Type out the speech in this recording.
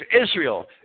Israel